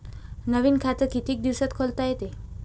नवीन खात कितीक दिसात खोलता येते?